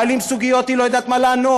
מעלים סוגיות, היא לא יודעת מה לענות.